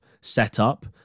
setup